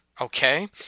Okay